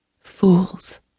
Fools